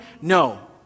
No